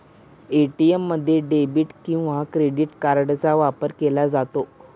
ATM मध्ये debit किंवा credit कार्डचा वापर केला जातो